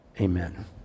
amen